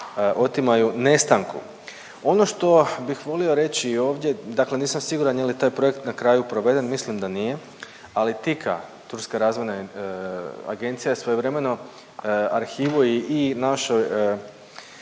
otimaju nestanku. Ono što bih volio reći ovdje, dakle nisam siguran je li taj projekt na kraju proveden, mislim da nije, ali TIKA, Turska razvojna agencija svojevremeno arhivu je i našoj